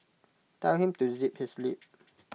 tell him to zip his lip